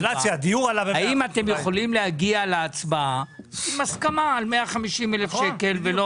האם אתם יכולים להגיע להצבעה עם הסכמה על 150,000 ₪?